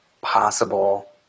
possible